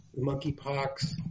monkeypox